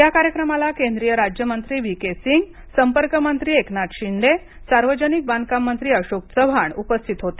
या कार्यक्रमाला केंद्रीय राज्यमंत्री व्ही के सिंग संपर्क मंत्री एकनाथ शिंदे सार्वजनिक बांधकाम मंत्री अशोक चव्हाण उपस्थित होते